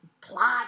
plot